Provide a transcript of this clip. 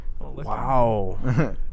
Wow